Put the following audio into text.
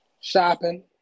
Shopping